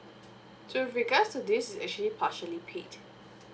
so with regards to this it's actually partially paid